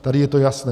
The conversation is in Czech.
Tady je to jasné.